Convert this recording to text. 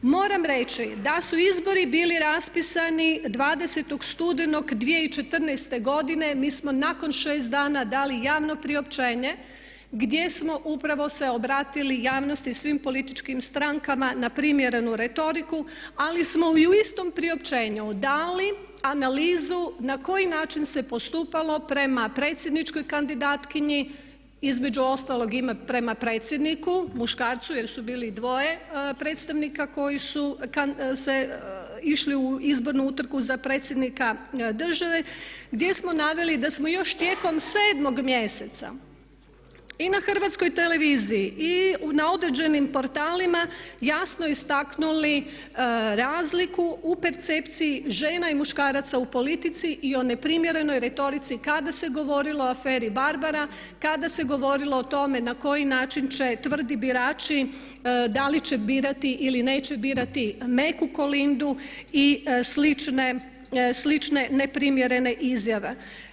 Moram reći da su izbori bili raspisani 20. studenog 2014. godine, mi smo nakon 6 dana dali javno priopćenje gdje smo upravo se obratili javnosti i svim političkim strankama na primjerenu retoriku, ali smo i u istom priopćenju dali analizu na koji način se postupalo prema predsjedničkoj kandidatkinji, između ostalog i prema predsjedniku muškarcu jer su bili dvoje predstavnika koji su išli u izbornu utrku za predsjednika države, gdje smo naveli da smo još tijekom 7. mjeseca i na HRT-u i na određenim portalima jasno istaknuli razliku u percepciji žena i muškaraca u politici i o neprimjerenoj retorici kada se govorilo o aferi „Barbara“ kada se govorilo o tome na koji način će tvrdi birači da li će birati ili neće birati meku Kolindu i slične neprimjerene izjave.